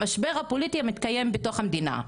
המשבר הפוליטי המתקיים בתוך המדינה.